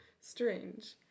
strange